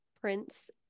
prince